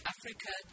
Africa